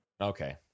okay